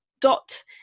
Dot